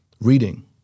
Reading